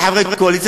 כחברי קואליציה,